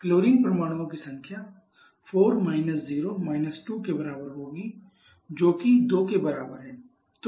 chlorine परमाणुओं की संख्या 4 0 2 के बराबर होगी जो कि 2 के बराबर है